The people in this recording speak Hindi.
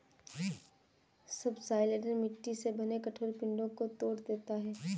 सबसॉइलर मिट्टी से बने कठोर पिंडो को तोड़ देता है